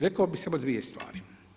Rekao bih samo dvije stvari.